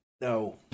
No